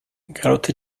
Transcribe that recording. garota